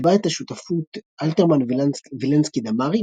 קיבע את השותפות אלתרמן-וילנסקי-דמארי